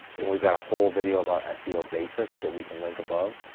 and we've got a whole video about seo basics that we can link above,